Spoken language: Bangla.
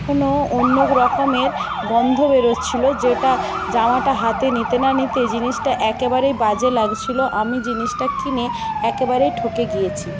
কোনো অন্য রকমের গন্ধ বেরোচ্ছিলো যেটা জামাটা হাতে নিতে না নিতেই জিনিসটা একেবারেই বাজে লাগছিলো আমি জিনিসটা কিনে একেবারেই ঠকে গিয়েছি